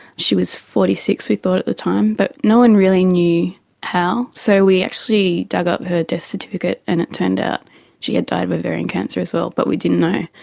she was forty six we thought the time, but no one really knew how. so we actually dug up her death certificate and it turned out she had died of ovarian cancer as well but we didn't know.